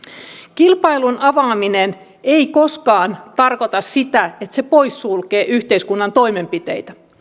kilpailun avaaminen ei koskaan tarkoita sitä että se poissulkee yhteiskunnan toimenpiteitä se